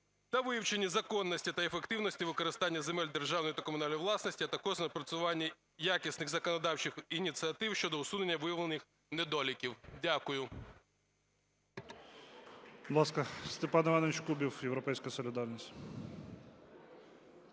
та вивченні законності та ефективності земель державної та комунальної власності, а також напрацюванні якісних законодавчих ініціатив щодо усунення виявлених недоліків. Дякую.